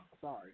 sorry